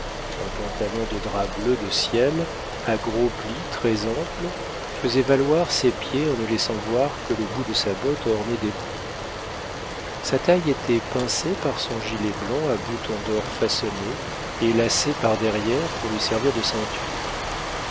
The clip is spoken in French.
un pantalon de drap bleu de ciel à gros plis très amples faisait valoir ses pieds en ne laissant voir que le bout de sa botte ornée d'éperons sa taille était pincée par son gilet blanc à boutons d'or façonnés et lacé par derrière pour lui servir de ceinture